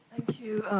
thank you.